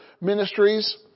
Ministries